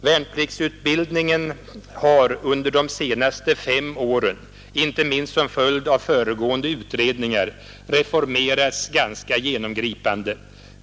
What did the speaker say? Värnpliktsutbildningen har under de senaste fem åren inte minst som följd av föregående utredningar reformerats ganska genomgripande.